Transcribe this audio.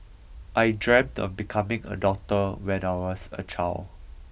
I dreamt of becoming a doctor when I was a child